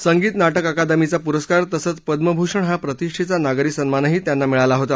संगीत नाटक अकादमीचा पुरस्कार तसंच पद्मभूषण हा प्रतिष्ठेचा नागरी सन्मानही त्यांना मिळाला होता